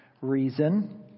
reason